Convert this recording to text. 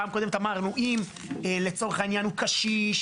פעם קודמת אמרנו, אם, לצורך העניין, הוא קשיש,